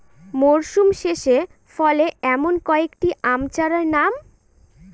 মরশুম শেষে ফলে এমন কয়েক টি আম চারার নাম?